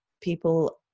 people